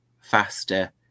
faster